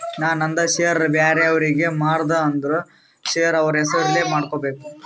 ನಾ ನಂದ್ ಶೇರ್ ಬ್ಯಾರೆ ಅವ್ರಿಗೆ ಮಾರ್ದ ಅಂದುರ್ ಶೇರ್ ಅವ್ರ ಹೆಸುರ್ಲೆ ಮಾಡ್ಕೋಬೇಕ್